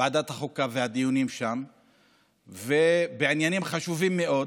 ועדת החוקה ומתקיימים הדיונים שם בעניינים חשובים מאוד,